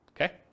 okay